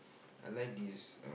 I like this